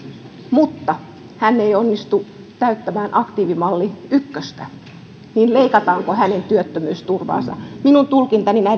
mutta ei onnistu täyttämään aktiivimalli ykköstä niin leikataanko hänen työttömyysturvaansa minun tulkintani